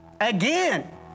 again